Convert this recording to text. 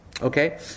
Okay